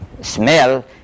smell